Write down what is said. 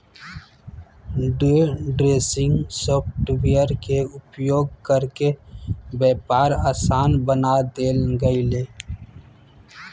day trading software के उपयोग करके व्यापार आसान बना देल गेलय